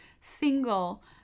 single